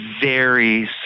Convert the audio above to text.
varies